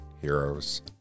heroes